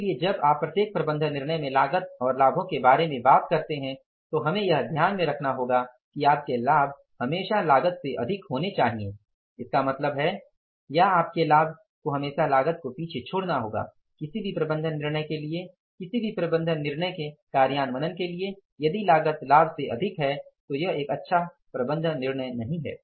इसलिए जब आप प्रत्येक प्रबंधन निर्णय में लागत और लाभों के बारे में बात करते हैं तो हमें यह ध्यान में रखना होगा कि आपके लाभ हमेशा लागत से अधिक होने चाहिए इसका मतलब है या आपके लाभ को हमेशा लागत को पीछे छोड़ना होगा किसी भी प्रबंधन निर्णय के लिए किसी भी प्रबंधन निर्णय के कार्यान्वयन के लिए यदि लागत लाभ से अधिक है तो यह एक अच्छा प्रबंधन निर्णय नहीं है